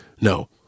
no